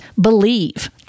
believe